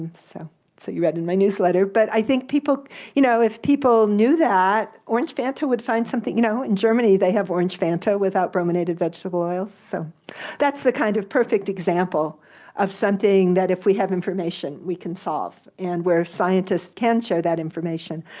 so so you read my newsletter, but i think you know if people knew that, orange fanta would find something. you know in germany, they have orange fanta without brominated vegetable oil, so that's the kind of perfect example of something that if we have information we can solve, and where scientists can share that information.